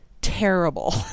terrible